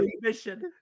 mission